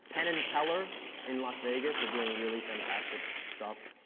penn and teller in las vegas are doing really fantastic stuff.